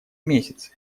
месяце